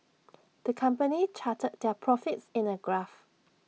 the company charted their profits in A graph